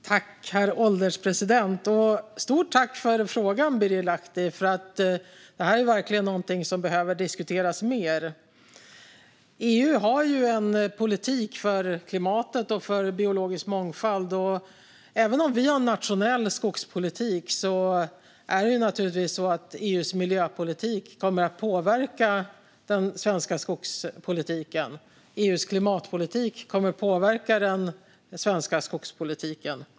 Herr ålderspresident! Stort tack för frågan, Birger Lahti! Detta är verkligen någonting som behöver diskuteras mer. EU har ju en politik för klimatet och för biologisk mångfald. Även om vi har en nationell skogspolitik kommer EU:s miljöpolitik och klimatpolitik naturligtvis att påverka den svenska skogspolitiken.